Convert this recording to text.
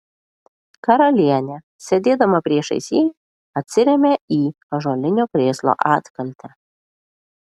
karalienė sėdėdama priešais jį atsirėmė į ąžuolinio krėslo atkaltę